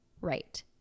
right